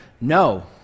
no